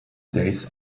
days